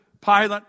Pilate